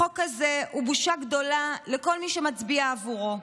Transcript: החוק הזה הוא בושה גדולה לכל מי שמצביע עבורו,